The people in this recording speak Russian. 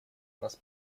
нас